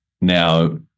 Now